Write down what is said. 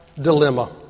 dilemma